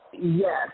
yes